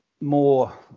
more